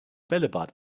bällebad